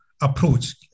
approach